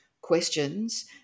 questions